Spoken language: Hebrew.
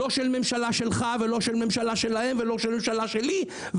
לא של ממשלה שלך ולא שלהם ולא של בן גוריון.